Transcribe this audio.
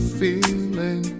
feeling